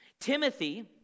Timothy